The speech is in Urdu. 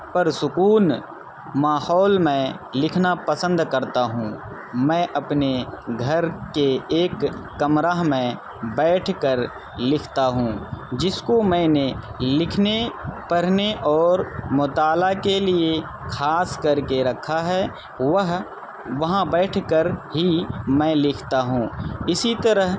پرسکون ماحول میں لکھنا پسند کرتا ہوں میں اپنے گھر کے ایک کمرہ میں بیٹھ کر لکھتا ہوں جس کو میں نے لکھنے پڑھنے اور مطالعہ کے لیے خاص کر کے رکھا ہے وہ وہاں بیٹھ کر ہی میں لکھتا ہوں اسی طرح